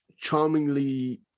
charmingly